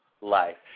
life